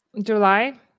July